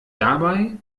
dabei